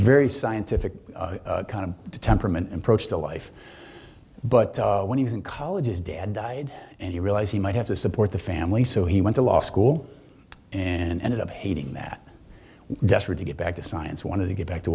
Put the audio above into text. very scientific kind of temperament and approach to life but when he was in college is dad died and you realize he might have to support the family so he went to law school and ended up hating that desperate to get back to science wanted to get back to